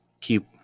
keep